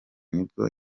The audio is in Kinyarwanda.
nibwo